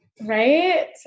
Right